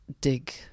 dig